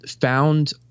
found